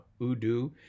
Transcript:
Udu